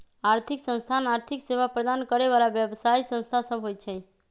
आर्थिक संस्थान आर्थिक सेवा प्रदान करे बला व्यवसायि संस्था सब होइ छै